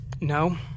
no